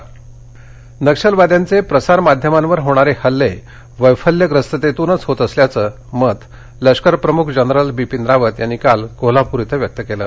कोल्हापर नक्षलवाद्यांचे प्रसारमाध्यमांवर होणारे हल्ले वैफल्यग्रस्ततेतून होत असल्याचं मत लष्करप्रमुख जनरल बिपिन रावत यांनी काल कोल्हापूर इथं व्यक्त केलं